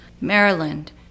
Maryland